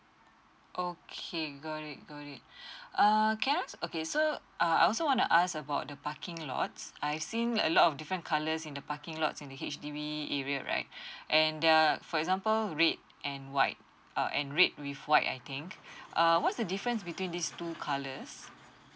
okay got it got it err can I ask okay so err I also wanna ask about the parking lots I've seen a lot of different colours in the parking lots in the H_D_B area right and they are for example red and white err and red with white I think err what's the difference between these two colours